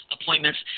appointments